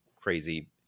crazy